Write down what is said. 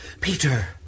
Peter